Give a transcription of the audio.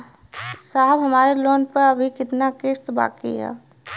साहब हमरे लोन पर अभी कितना किस्त बाकी ह?